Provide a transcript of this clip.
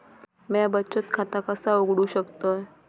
म्या बचत खाता कसा उघडू शकतय?